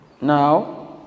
now